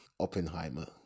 Oppenheimer